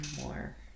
more